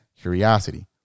curiosity